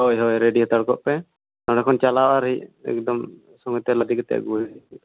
ᱦᱳᱭ ᱦᱳᱭ ᱨᱮᱰᱤ ᱦᱟᱛᱟᱲ ᱠᱚ ᱯᱮ ᱱᱚᱰᱮ ᱠᱷᱚᱱ ᱪᱟᱞᱟᱣ ᱟᱨ ᱦᱮᱡ ᱮᱠᱫᱚᱢ ᱥᱚᱜᱮᱸ ᱛᱮ ᱞᱟᱫᱮ ᱠᱟᱛᱮᱫ ᱟᱹᱜᱩᱭ ᱦᱩᱭᱩᱜ